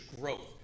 growth